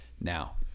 Now